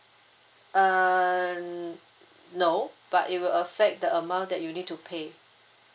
uh no but it would affect the amount that you need to pay